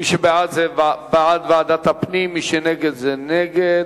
מי שבעד, זה בעד ועדת הפנים, מי שנגד זה נגד.